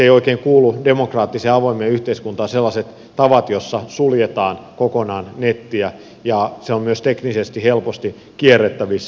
eivät oikein kuulu demokraattiseen avoimeen yhteiskuntaan sellaiset tavat joissa suljetaan kokonaan netti ja se on myös teknisesti helposti kierrettävissä